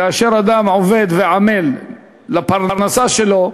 כאשר אדם עובד ועמל לפרנסה שלו,